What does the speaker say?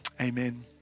Amen